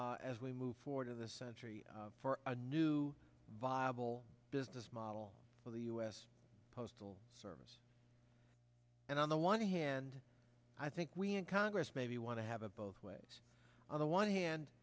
search as we move forward of this century for a new viable business model for the u s postal service and on the one hand i think we in congress maybe want to have a both ways on the one hand